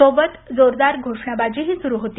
सोबत जोरदार घोषणाबाजीही सुरू होती